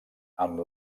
amb